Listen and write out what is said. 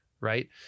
Right